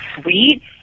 sweet